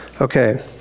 Okay